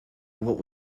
what